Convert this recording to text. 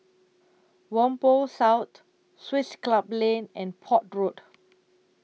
Whampoa South Swiss Club Lane and Port Road